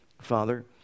Father